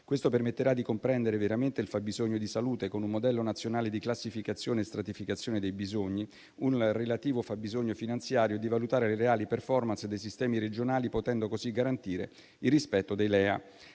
Questo permetterà di comprendere veramente il fabbisogno di salute, con un modello nazionale di classificazione e stratificazione dei bisogni, il relativo fabbisogno finanziario e di valutare le reali *performance* dei sistemi regionali, potendo così garantire il rispetto dei LEA.